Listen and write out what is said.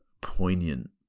poignant